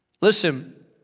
Listen